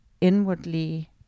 inwardly